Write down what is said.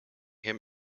him